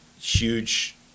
huge